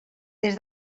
des